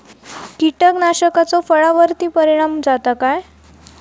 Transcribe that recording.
कीटकनाशकाचो फळावर्ती परिणाम जाता काय?